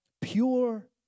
Pure